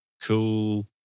cool